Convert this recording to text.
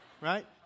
Right